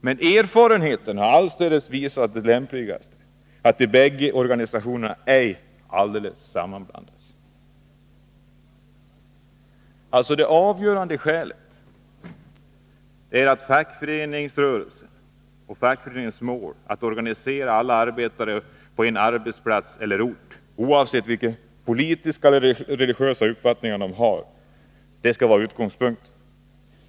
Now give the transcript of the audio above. Men erfarenheten har allestädes visat det lämpligaste, att de bägge organisationerna ej alldeles sammanblandas.” Det avgörande skälet är alltså att utgångspunkten skall vara att fackföreningsrörelsens och fackföreningens mål är att organisera alla arbetare på en arbetsplats eller ort, oavsett vilka politiska eller religiösa uppfattningar arbetarna där har.